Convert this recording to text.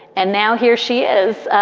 and now here she is.